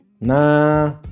Nah